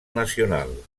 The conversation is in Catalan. nacional